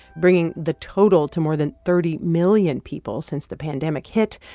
bringing the total to more than thirty million people since the pandemic hit,